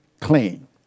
clean